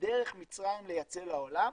ודרך מצרים לייצר לעולם.